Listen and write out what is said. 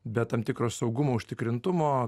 be tam tikro saugumo užtikrintumo